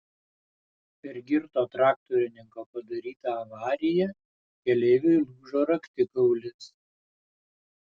per girto traktorininko padarytą avariją keleiviui lūžo raktikaulis